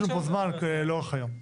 יש לנו פה זמן לאורך היום.